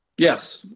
Yes